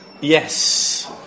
Yes